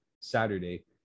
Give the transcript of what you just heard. Saturday